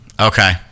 okay